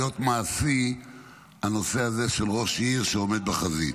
מעשי הנושא הזה של ראש עיר שעומד בחזית.